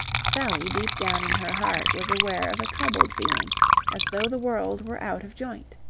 sally deep down in her heart was aware of a troubled feeling as though the world were out of joint.